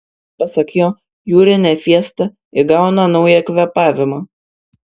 pasak jo jūrinė fiesta įgauna naują kvėpavimą